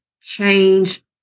change